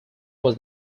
was